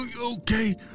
okay